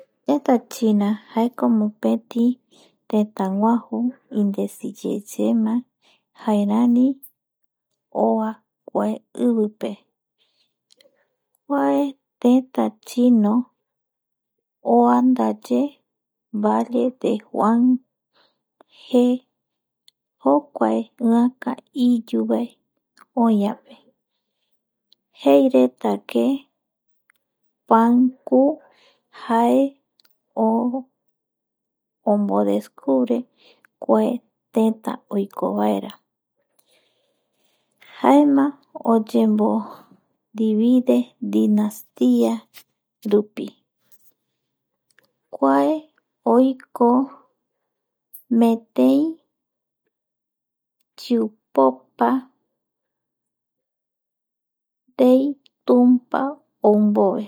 Teata China jaeko mopeti tetaguaju indesiyeyema jaerari oa kua ivipe kua teta china oa ndaye valle de Juanje jokuae iyuvae oïvape jeiretako que guan ko jae o ombodescubre kuae teta oikovaera jaema oyemodivide dinastia rupi kae oiko metei chiupopa ndei tumpa ou mbove